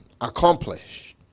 accomplish